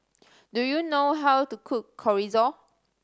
do you know how to cook Chorizo